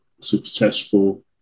successful